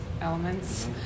elements